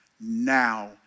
now